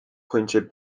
pwyntiau